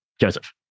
Joseph